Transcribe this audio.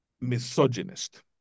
misogynist